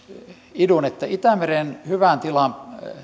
idun että itämeren hyvän tilan